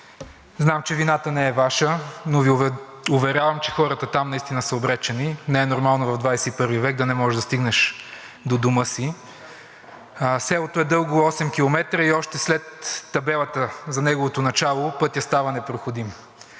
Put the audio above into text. Знам, че вината не е Ваша, но Ви уверявам, че хората там наистина са обречени. Не е нормално в ХХI век да не можеш да стигнеш до дома си. Селото е дълго 8 км и още след табелата за неговото начало пътят става непроходим.